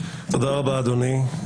תודה רבה אדוני.